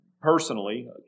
personally